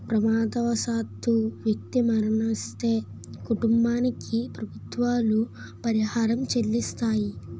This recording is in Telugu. ప్రమాదవశాత్తు వ్యక్తి మరణిస్తే కుటుంబానికి ప్రభుత్వాలు పరిహారం చెల్లిస్తాయి